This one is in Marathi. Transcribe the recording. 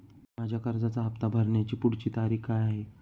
माझ्या कर्जाचा हफ्ता भरण्याची पुढची तारीख काय आहे?